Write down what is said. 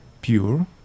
pure